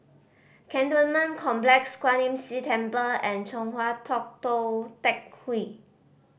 Cantonment Complex Kwan Imm See Temple and Chong Hua Tong Tou Teck Hwee